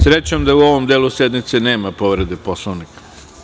Srećom da u ovom delu sednice nema povrede Poslovnika.